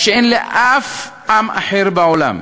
מה שאין לאף עם אחר בעולם,